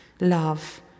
love